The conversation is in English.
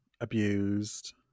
abused